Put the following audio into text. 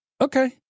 Okay